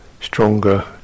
stronger